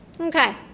okay